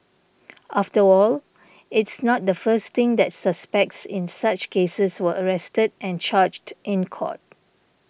after all it's not the first thing that suspects in such cases were arrested and charged in court